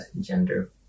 Gender